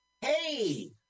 Hey